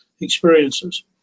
experiences